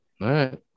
right